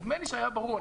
נדמה לי שהיה ברור,